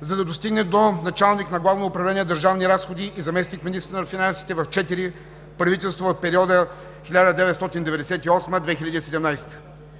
за да достигне до началник на Главно управление „Държавни разходи“ и заместник-министър на финансите в четири правителства в периода 1998 – 2017